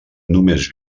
només